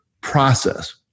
process